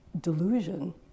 delusion